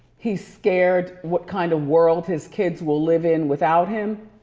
he's scared what kind of world his kids will live in without him.